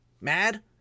mad